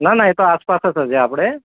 ના ના એ તો આસપાસ જ થશે આપણે